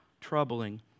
troubling